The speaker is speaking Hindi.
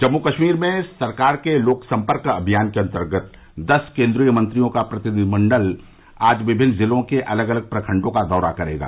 जम्मू कश्मीर में सरकार के लोकसम्पर्क अभियान के अन्तर्गत दस केन्द्रीय मंत्रियों का प्रतिनिधिमण्डल आज विभिन्न जिलों के अलग अलग प्रखण्डों का दौरा करेगा